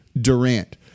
Durant